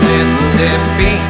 Mississippi